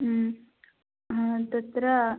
हा तत्र